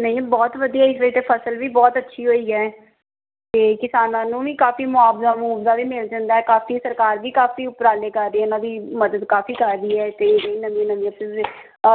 ਨਹੀਂ ਬਹੁਤ ਵਧੀਆ ਇਸ ਵਾਰੀ ਤਾਂ ਫਸਲ ਵੀ ਬਹੁਤ ਅੱਛੀ ਹੋਈ ਹੈ ਅਤੇ ਕਿਸਾਨਾਂ ਨੂੰ ਵੀ ਕਾਫੀ ਮੁਆਵਜ਼ਾ ਮਊਵਜ਼ਾ ਵੀ ਮਿਲ ਜਾਂਦਾ ਹੈ ਕਾਫੀ ਸਰਕਾਰ ਵੀ ਕਾਫੀ ਉਪਰਾਲੇ ਕਰ ਰਹੀ ਹੈ ਇਹਨਾਂ ਦੀ ਮਦਦ ਕਾਫੀ ਕਰ ਰਹੀ ਹੈ ਅਤੇ ਨਵੀਆਂ ਨਵੀਆਂ